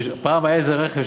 פעם היה איזה רכב,